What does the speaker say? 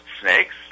snakes